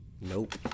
Nope